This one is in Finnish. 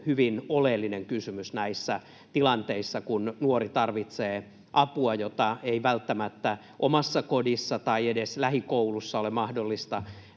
hyvin oleellinen kysymys näissä tilanteissa, kun nuori tarvitsee apua, jota ei välttämättä omassa kodissa tai edes lähikoulussa ole mahdollista